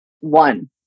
one